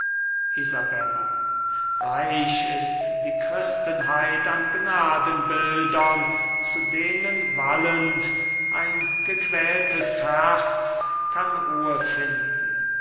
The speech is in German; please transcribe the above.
reich ist die christenheit an gnadenbildern zu denen wallend ein gequältes herz kann ruhe finden